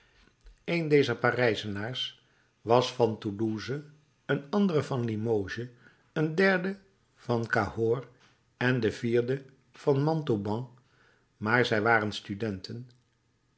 een dezer parijzenaars was van toulouse een andere van limoges een derde van cahors en de vierde van montauban maar zij waren studenten